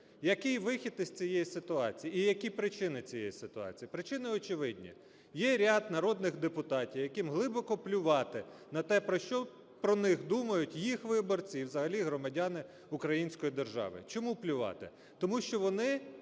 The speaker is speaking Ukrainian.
Який вихід із цієї ситуації? І які причини цієї ситуації? Причини очевидні: є ряд народних депутатів, яким глибоко плювати на те, що про них думають їх виборці і взагалі громадяни української держави. Чому плювати? Тому що вони